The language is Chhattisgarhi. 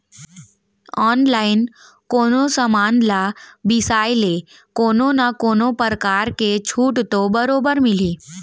ऑनलाइन कोनो समान ल बिसाय ले कोनो न कोनो परकार के छूट तो बरोबर मिलही